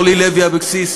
אורלי לוי אבקסיס,